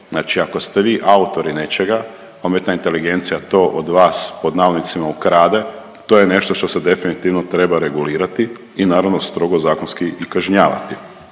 Znači ako ste vi autori nečega umjetna inteligencija to od vas „ukrade“ to je nešto što se definitivno treba regulirati i naravno strogo zakonski i kažnjavati.